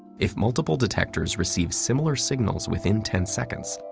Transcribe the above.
if multiple detectors receive similar signals within ten seconds,